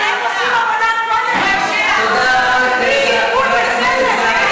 עוכרי ישראל האלה,